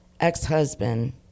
ex-husband